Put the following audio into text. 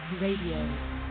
Radio